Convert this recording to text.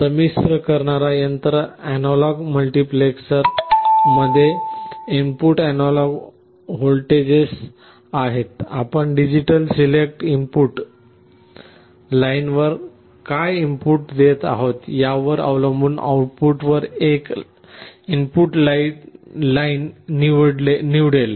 संमिश्र करणारा यंत्र एनालॉग मल्टीप्लेसर मध्ये इनपुट अनलॉग व्होल्टेजेस आहेत आपण डिजिटल सिलेक्ट इनपुट लाइनवर आपण काय इनपुट देत आहात यावर अवलंबून आउटपुटवर एक इनपुट लाईन निवडेल